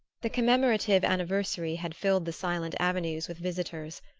the commemorative anniversary had filled the silent avenues with visitors,